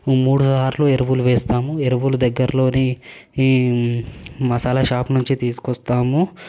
మూడుసార్లు ఎరువులు వేస్తాము ఎరువులు దగ్గరలోని ఈ మసాలా షాప్ నుంచి తీసుకొస్తాము